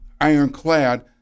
ironclad